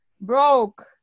broke